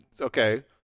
Okay